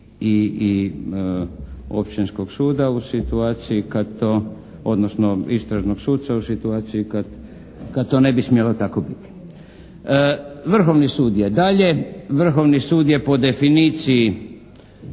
i općinskog suda u situaciji kad to odnosno istražnog suca u situaciji kad to ne bi smjelo biti. Vrhovni sud je dalje, Vrhovni sud je po definiciji